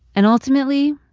and ultimately,